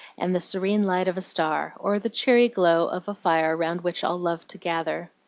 and the serene light of a star, or the cheery glow of a fire round which all love to gather.